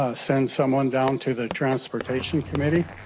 ah send someone down to the transportation committee.